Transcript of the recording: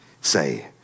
say